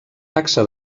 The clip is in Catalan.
taxa